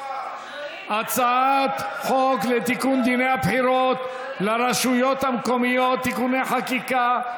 הצעת חוק לתיקון דיני הבחירות לרשויות המקומיות (תיקוני חקיקה),